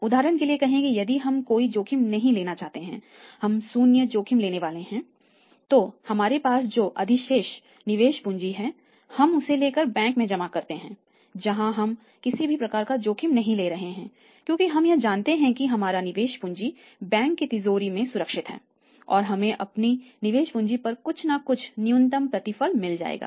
उदाहरण के लिए कहें कि यदि हम कोई जोखिम नहीं लेना चाहते हैं हम शून्य जोखिम लेने वाले हैं तो हमारे पास जो अधिशेष निवेश पूँजी है हम उसे लेकर बैंक में जमा करते हैं जहां हम किसी भी प्रकार का जोखिम नहीं ले रहे हैं क्योंकि हम यह जानते हैं कि हमारा निवेश पूँजी बैंक के तिजोरी में सुरक्षित है और हमें अपनी निवेश पूँजी पर कुछ ना कुछ न्यूनतम प्रतिफल मिल जाएगा